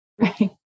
Right